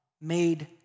made